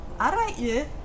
Alright